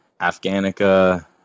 Afghanica